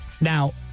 Now